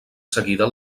seguida